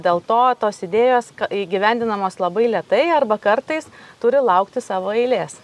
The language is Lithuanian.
dėl to tos idėjos įgyvendinamos labai lėtai arba kartais turi laukti savo eilės